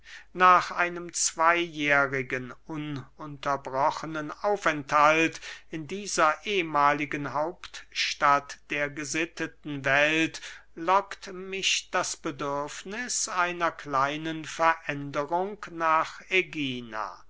nach einem zweyjährigen ununterbrochnen aufenthalt in dieser ehmahligen hauptstadt der gesitteten welt lockt mich das bedürfniß einer kleinen veränderung nach ägina